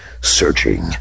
searching